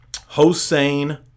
Hossein